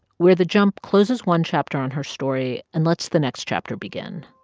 where the jump closes one chapter on her story and lets the next chapter begin